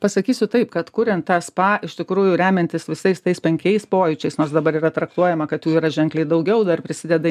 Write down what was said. pasakysiu taip kad kuriant tą spa iš tikrųjų remiantis visais tais penkiais pojūčiais nors dabar yra traktuojama kad jų yra ženkliai daugiau dar prisideda